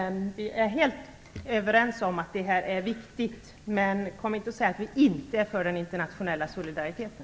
Vi är helt överens om att det här är viktigt, men kom inte och säg att vi inte är för den internationella solidariteten!